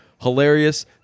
Hilarious